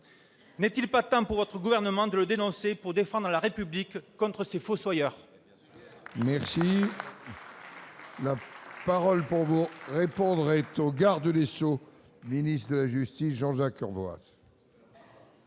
N'est-il pas temps pour le Gouvernement de le dénoncer, pour défendre la République contre ses fossoyeurs ?